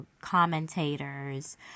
commentators